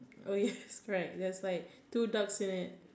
oh yes right there's like two ducks in it